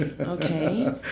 okay